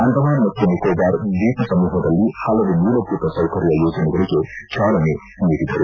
ಅಂಡಮಾನ್ ಮತ್ತು ನಿಕೋಬಾರ್ ದ್ನೀಪ ಸಮೂಹದಲ್ಲಿ ಹಲವು ಮೂಲಭೂತ ಸೌಕರ್ಯ ಯೋಜನೆಗಳಿಗೆ ಚಾಲನೆ ನೀಡಿದರು